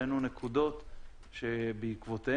העלינו נקודות שבעקבותיהן,